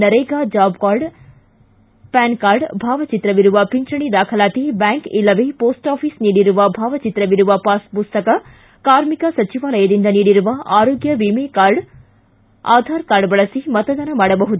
NREGA job card ಪ್ಲಾನ್ card ಭಾವಚಿತ್ರವಿರುವ ಪಿಂಚಣಿ ದಾಖಲಾತಿ ಬ್ಲಾಂಕ್ ಇಲ್ಲವೇ ಮೋಸ್ಟ್ ಆಫೀಸ್ ನೀಡಿರುವ ಭಾವಚಿತ್ರವಿರುವ ಪಾಸ್ ಮಸ್ತಕ ಕಾರ್ಮಿಕ ಸಚಿವಾಲಯದಿಂದ ನೀಡಿರುವ ಆರೋಗ್ಯ ವಿಮೆಕಾರ್ಡ್ ಆಧಾರ್ ಕಾರ್ಡ್ ಬಳಸಿ ಮತದಾನ ಮಾಡಬಹುದು